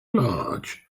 large